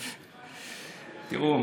תראו,